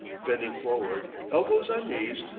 bending forward, elbows on knees,